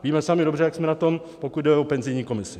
Víme sami dobře, jak jsme na tom, pokud jde o penzijní komisi.